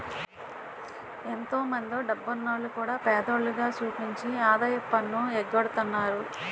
ఎంతో మందో డబ్బున్నోల్లు కూడా పేదోల్లుగా సూపించి ఆదాయపు పన్ను ఎగ్గొడతన్నారు